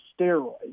steroids